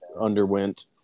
underwent